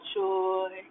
joy